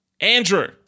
Andrew